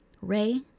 Ray